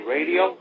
Radio